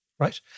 Right